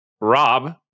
Rob